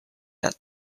out